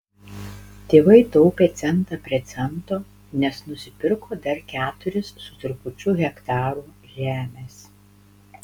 tėvai taupė centą prie cento nes nusipirko dar keturis su trupučiu hektarų žemės